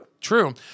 True